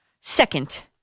second